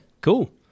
cool